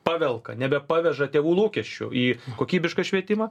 pavelka nebepaveža tėvų lūkesčių į kokybišką švietimą